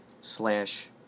slash